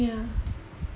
ya